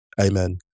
Amen